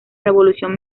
revolución